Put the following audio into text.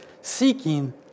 seeking